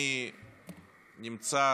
אני נמצא